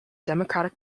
democratic